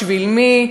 בשביל מי,